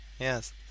Yes